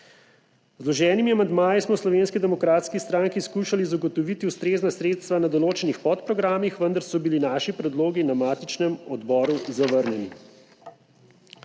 vloženimi amandmaji smo v Slovenski demokratski stranki skušali zagotoviti ustrezna sredstva na določenih podprogramih, vendar so bili naši predlogi na matičnem odboru zavrnjeni.